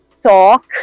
talk